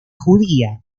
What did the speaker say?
judía